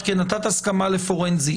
מכיוון שהיא נתנה הסכמה לבדיקה פורנזית.